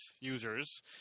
users